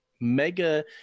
Mega